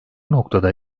noktada